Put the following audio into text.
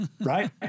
right